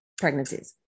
pregnancies